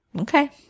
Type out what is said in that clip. Okay